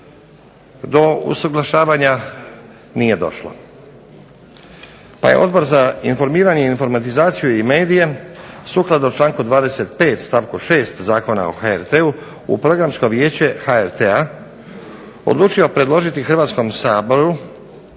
Do usuglašavanja nije došlo pa je Odbor za informiranje, informatizaciju i medije sukladno članku 25. stavku 6. Zakona o HRT-u u Programsko vijeće HRT-a odlučio predložiti Hrvatskom saboru